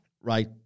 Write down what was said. right